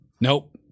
Nope